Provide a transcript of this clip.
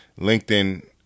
LinkedIn